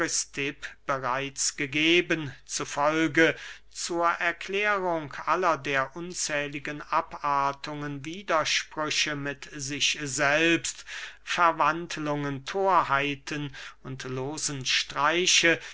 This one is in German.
bereits gegeben zu folge zur erklärung aller der unzähligen abartungen widersprüche mit sich selbst verwandlungen thorheiten und losen streiche